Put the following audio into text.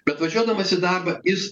bet važiuodamas į darbą jis